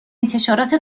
انتشارات